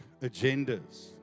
agendas